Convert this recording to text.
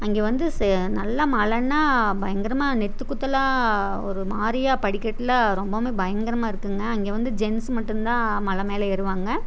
அங்கே வந்து நல்லா மழைன்னா பயங்கரமாக நெத்து குத்துலாம் ஒரு மாதிரியா படிக்கட்டுலாம் ரொம்பவும் பயங்கரமாயிருக்குங்க அங்கே வந்து ஜென்ஸ் மட்டும்தான் மலை மேலே ஏறுவாங்க